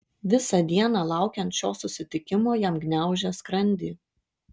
visą dieną laukiant šio susitikimo jam gniaužė skrandį